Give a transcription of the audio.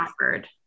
offered